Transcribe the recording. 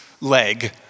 leg